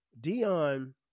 Dion